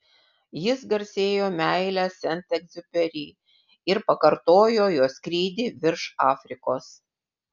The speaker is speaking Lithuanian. jis garsėjo meile sent egziuperi ir pakartojo jo skrydį virš afrikos